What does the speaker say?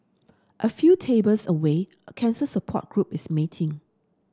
a few tables away a cancer support group is meeting